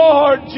Lord